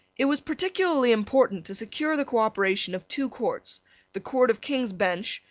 it was peculiarly important to secure the cooperation of two courts the court of king's bench,